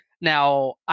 Now